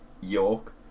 York